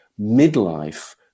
midlife